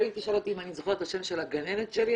אבל אם תשאל אותי אם אני זוכרת את השם של הגננת שלי,